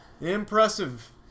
Impressive